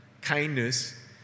kindness